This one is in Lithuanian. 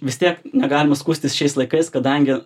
vis tiek negalima skųstis šiais laikais kadangi